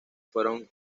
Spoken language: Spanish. fueron